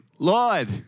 Lord